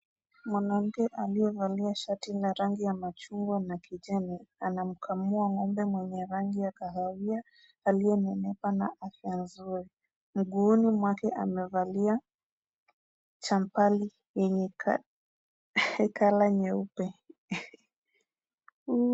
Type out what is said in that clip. Mwanamke aliyevalia shati ya rangi ya machungwa na kijani anamkamua ngombe mwenye rangi ya kahawia aliyenenepa na afya nzuri. Mguuni mwake amevalia champali yenye color nyeupe.